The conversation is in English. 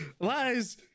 Lies